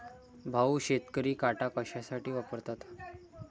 भाऊ, शेतकरी काटा कशासाठी वापरतात?